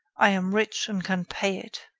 i am rich and can pay it.